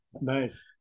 nice